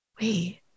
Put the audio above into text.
wait